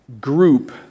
group